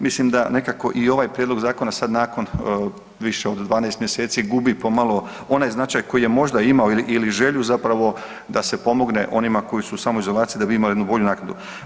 Mislim da nekako i ovaj prijedlog zakona sad nakon više od 12 mjeseci gubi pomalo onaj značaj koji je možda imao ili želju zapravo da se pomogne onima koji su samoizolaciji da bi imali jednu bolju naknadu.